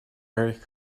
erik